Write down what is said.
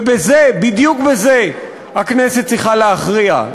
ובזה, בדיוק בזה, הכנסת צריכה להכריע.